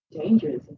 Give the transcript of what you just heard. dangerous